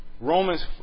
Romans